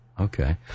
Okay